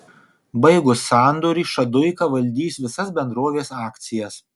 baigus sandorį šaduika valdys visas bendrovės akcijas